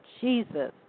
Jesus